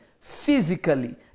physically